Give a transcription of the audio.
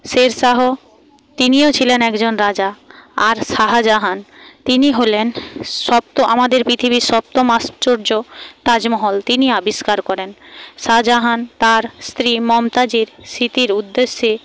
শেরশাহ তিনিও ছিলেন একজন রাজা আর শাহজাহান তিনি হলেন সপ্ত আমাদের পৃথিবীর সপ্তম আশ্চর্য তাজমহল তিনি আবিষ্কার করেন শাহজাহান তাঁর স্ত্রী মুমতাজের স্মৃতির উদ্দেশ্যে